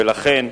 ולכן,